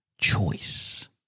choice